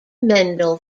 mendel